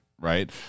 right